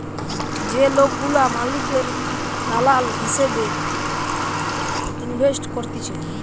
যে লোকগুলা মালিকের দালাল হিসেবে ইনভেস্ট করতিছে